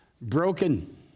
broken